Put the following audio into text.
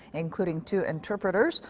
including two interpreters,